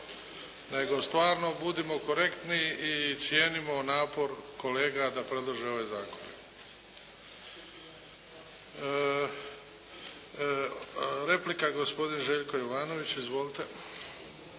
nego stvarno budimo korektni i cijenimo napor kolega da predlože ovaj zakon. Replika. Gospodin Željko Jovanović. Izvolite.